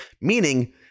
meaning